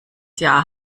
jahr